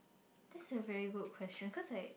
that's a very good question cause like